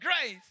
Grace